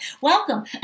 Welcome